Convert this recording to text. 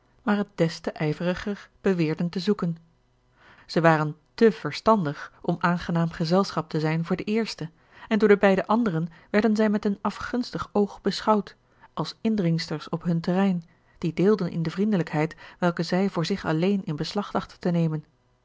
maar het des te ijveriger beweerden te zoeken zij waren te verstandig om aangenaam gezelschap te zijn voor de eerste en door de beide anderen werden zij met een afgunstig oog beschouwd als indringsters op hun terrein die deelden in de vriendelijkheid welke zij voor zich alleen in beslag dachten te nemen